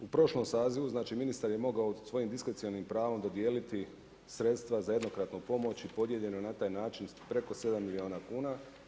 U prošlom sazivu, znači ministar je mogao svojim diskusijalnim pravom dodijeliti sredstva za jednokratnu pomoć i podijeljeno na taj način, preko 7 milijuna kuna.